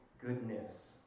goodness